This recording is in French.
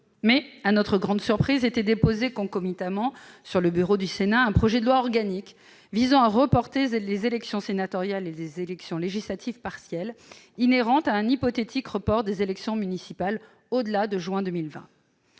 Mais, à notre grande surprise, fut déposé concomitamment sur le bureau du Sénat un projet de loi organique visant à reporter les élections sénatoriales et les élections législatives partielles, sur le fondement d'un hypothétique report des élections municipales au-delà de juin 2020.